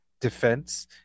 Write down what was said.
defense